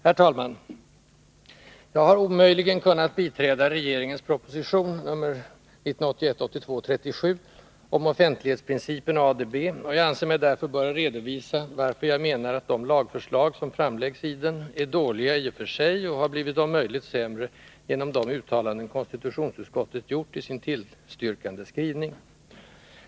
Herr talman! Jag har omöjligen kunnat biträda regeringens proposition 1981/82:37 om offentlighetsprincipen och ADB, och jag anser mig därför böra redovisa varför jag menar att de lagförslag som framläggs i den är dåliga i och för sig och har blivit om möjligt sämre genom de uttalanden konstitutionsutskottet har gjort i sin tillstyrkande skrivning.